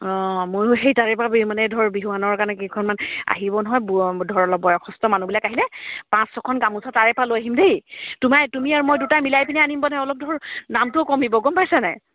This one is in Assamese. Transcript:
অঁ ময়ো সেই তাৰে পৰা মানে ধৰ বিহুৱানৰ কাৰণে কেইখনমান আহিব নহয় ব ধৰ অলপ বয়সস্থ মানুবিলাক আহিলেনে পাঁচ ছখন গামোচা তাৰেপৰা লৈ আহিম দেই তোমাৰ তুমি আৰু মই দুটা মিলাই পিনে আনিমমানে অলপ ধৰ দামটোও কমিব গম পাইছানে